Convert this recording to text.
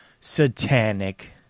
satanic